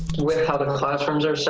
the with how the the classrooms are so